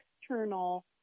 external